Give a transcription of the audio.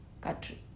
country